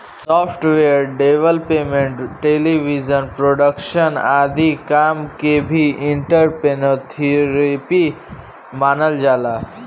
software development television production आदि काम के भी एंटरप्रेन्योरशिप मानल जाला